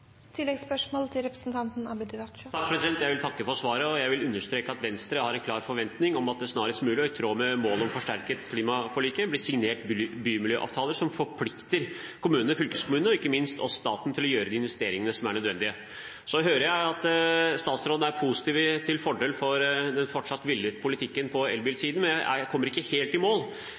Jeg vil takke for svaret, og jeg vil understreke at Venstre har en klar forventning om at det snarest mulig og i tråd med målet om å forsterke klimaforliket blir signert bymiljøavtaler som forplikter kommuner, fylkeskommuner og ikke minst staten til å gjøre de investeringene som er nødvendige. Så hører jeg at statsråden er positiv til fordel for den fortsatt villede politikken på elbilsiden, men kommer ikke helt i mål.